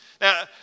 Now